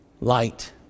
light